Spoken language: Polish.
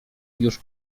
już